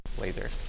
laser